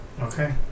Okay